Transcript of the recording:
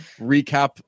recap